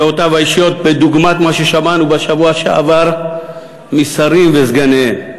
דעותיו האישיות כדוגמת מה ששמענו בשבוע שעבר משרים וסגניהם.